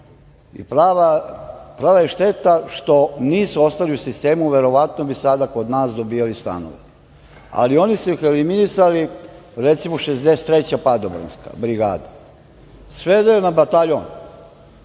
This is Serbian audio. i prava je šteta što nisu ostali u sistemu, verovatno bi sada kod nas dobijali stanove. Ali oni su ih eliminisali, recimo, 63. padobranska brigada, sveli su je na bataljon.